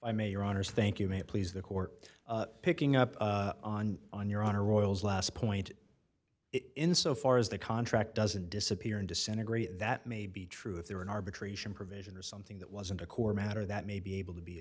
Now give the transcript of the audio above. i may your honor thank you may please the court picking up on on your honor royals last point it in so far as the contract doesn't disappear and disintegrate that may be true if there were an arbitration provision or something that wasn't a core matter that may be able to be